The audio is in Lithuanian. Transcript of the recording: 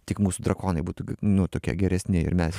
tik mūsų drakonai būtų nu tokie geresni ir mes